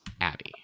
abby